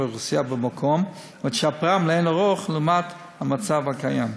האוכלוסייה במקום ותשפרם לאין-ערוך לעומת המצב הקיים.